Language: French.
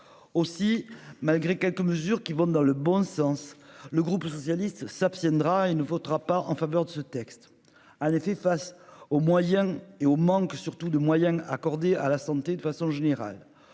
Aussi, malgré quelques mesures qui vont dans le bon sens. Le groupe socialiste s'abstiendra il ne votera pas en faveur de ce texte a en effet face au moyen et au manque surtout de moyens accordés à la santé de façon générale